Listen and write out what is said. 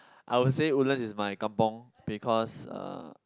I would say Woodlands is my kampung because uh